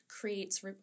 creates